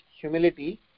humility